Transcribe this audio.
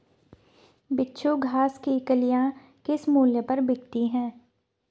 बिच्छू घास की कलियां किस मूल्य पर बिकती हैं?